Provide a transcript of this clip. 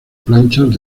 planchas